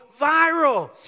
viral